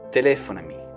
Telefonami